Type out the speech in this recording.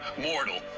mortal